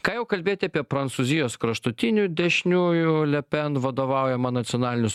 ką jau kalbėti apie prancūzijos kraštutinių dešiniųjų le pen vadovaujamą nacionalinius